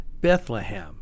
Bethlehem